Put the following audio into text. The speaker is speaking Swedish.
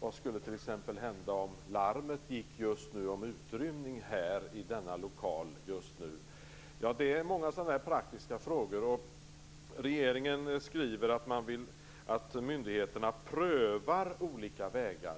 Vad skulle t.ex. hända om larmet gick just nu och lokalen skulle utrymmas? Det finns många sådana praktiska frågor. Regeringen skriver att myndigheterna prövar olika vägar.